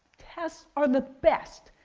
tests are the best.